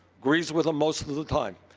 agrees with him most of of the time,